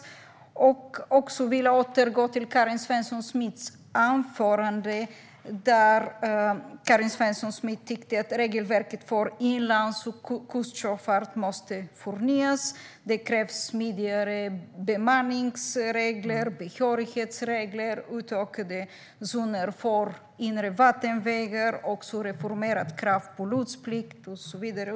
Jag vill också återgå till Karin Svensson Smiths anförande där hon uttryckte att hon tycker att regelverket för inlands och kustsjöfart måste förnyas. Det krävs smidigare bemanningsregler, behörighetsregler, utökade zoner för inre vattenvägar, ett reformerat krav för lotsplikt och så vidare.